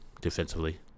defensively